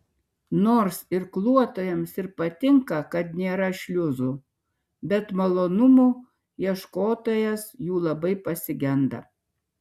nors irkluotojams ir patinka kad nėra šliuzų bet malonumų ieškotojas jų labai pasigenda